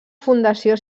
fundació